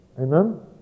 amen